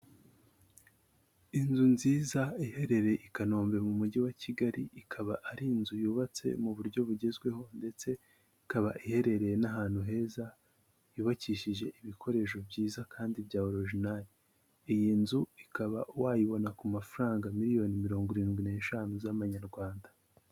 Inzu nziza iherereye i Kanombe mu mujyi wa Kigali ikaba ari inzu yubatse mu buryo bugezweho ndetse ikaba iherereye n'ahantu heza, yubakishije ibikoresho byiza kandi bya oroginali, iyi nzu ikaba wayibona ku mafaranga miliyoni mirongo irindwi n'eshanu z'amanyarwanda.